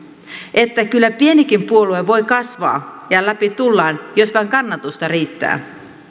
että kyllä pienikin puolue voi kasvaa ja läpi tullaan jos vain kannatusta riittää